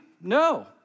No